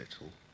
little